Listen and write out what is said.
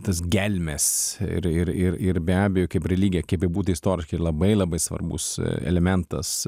tas gelmes ir ir ir ir be abejo kaip religija kaip bebūti istoriškai labai labai svarbus elementas